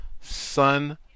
son